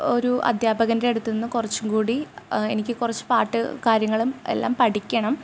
ഒരു അധ്യാപകന്റെ അടുത്തുനിന്ന് കുറച്ചും കൂടി എനിക്ക് കുറച്ച് പാട്ട് കാര്യങ്ങളും എല്ലാം പഠിക്കണം